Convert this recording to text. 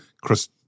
Chris